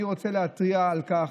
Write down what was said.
אני רוצה להתריע על כך,